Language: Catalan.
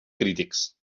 crítics